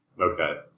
Okay